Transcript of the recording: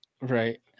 Right